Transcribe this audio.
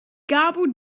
garbled